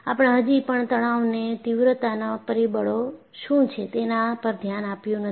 આપણે હજી પણ તણાવની તીવ્રતાના પરિબળો શું છે તેના પર ધ્યાન આપ્યું નથી